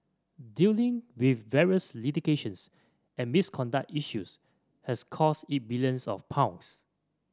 dealing with various litigations and misconduct issues has cost it billions of pounds